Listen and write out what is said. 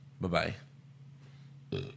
Bye-bye